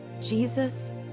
Jesus